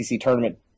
tournament